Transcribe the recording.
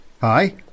Hi